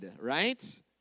right